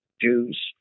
Jews